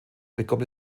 bekommt